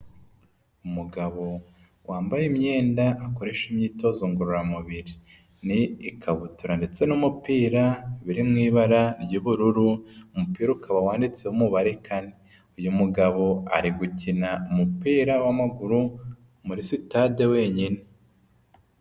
Umugabo wambaye imyenda akoresha imyitozo ngororamubiri. Ni ikabutura ndetse n'umupira, biri mu ibara ry'ubururu, umupira ukaba wanditseho umubare kane. Uyu mugabo ari gukina umupira w'amaguru muri sitade wenyine.